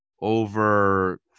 over